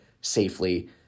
safely